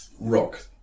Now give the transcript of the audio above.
rock